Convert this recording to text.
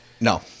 No